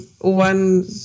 one